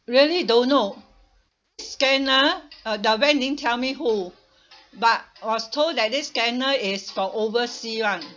really don't know scammer uh the bank didn't tell me who but was told that this scammer is from oversea [one]